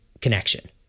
connection